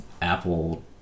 apple